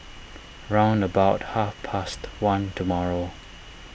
round about half past one tomorrow